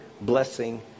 blessing